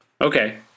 Okay